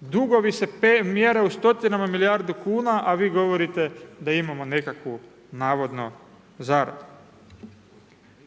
Dugovi se mjere u stotinama milijardu kuna a vi govorite da imamo nekakvu navodno zaradu.